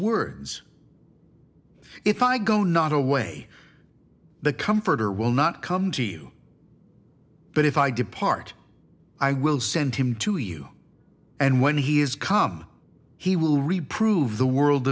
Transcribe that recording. words if i go not away the comforter will not come to you but if i depart i will send him to you and when he is come he will reprove the world